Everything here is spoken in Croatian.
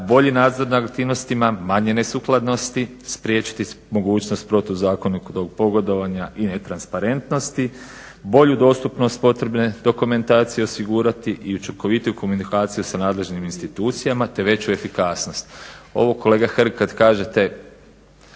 bolji nadzor nad aktivnostima, manje nesugladnosti, spriječiti mogućnost protuzakonitog pogodovanja i netransparentnosti, bolju dostupnost potrebne dokumentacije osigurati i učinkovitiju komunikaciju sa nadležnim institucijama, te veću efikasnost. Ovo kolega Hrg kad kažete